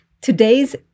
Today's